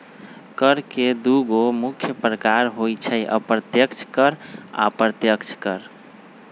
कर के दुगो मुख्य प्रकार होइ छै अप्रत्यक्ष कर आ अप्रत्यक्ष कर